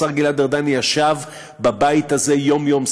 השר גלעד ארדן ישב בבית הזה יום-יום,